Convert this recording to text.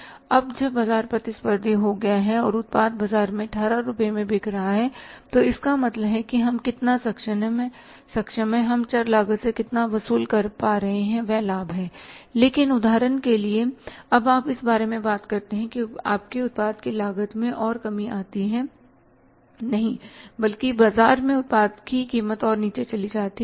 अब जब बाजार प्रतिस्पर्धी हो गया है और उत्पाद बाजार में 18 रुपये में बिक रहा है तो इसका मतलब है कि हम कितना सक्षम हैं हम चर लागत से कितना वसूल कर पा रहे वह लाभ है लेकिन उदाहरण के लिए अब आप इस बारे में बात करते हैं कि आपके उत्पाद की लागत में और कमी आती है नहीं बल्कि बाजार में उत्पाद की कीमत और नीचे चली जाती है